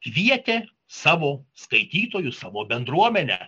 kvietė savo skaitytojus savo bendruomenę